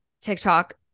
TikTok